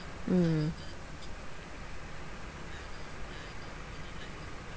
mm